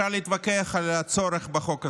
להתווכח על הצורך בחוק הזה,